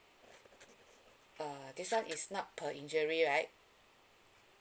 uh this one is not per injury right